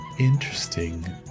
interesting